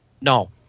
No